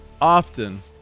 often